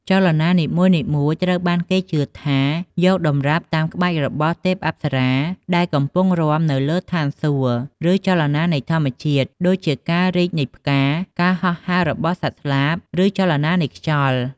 ចលនានីមួយៗត្រូវបានគេជឿថា យកតម្រាប់តាមក្បាច់របស់ទេពអប្សរាដែលកំពុងរាំនៅលើឋានសួគ៌ ឬចលនានៃធម្មជាតិ ដូចជាការរីកនៃផ្កា ការហោះហើររបស់សត្វស្លាប ឬចលនានៃខ្យល់។